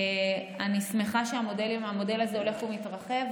אני שמחה שהמודל הזה הולך ומתרחב,